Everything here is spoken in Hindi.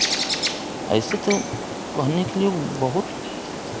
ऐसे तो कहने के लिए बहुत